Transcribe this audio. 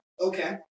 Okay